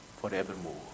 forevermore